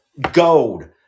gold